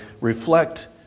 reflect